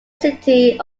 city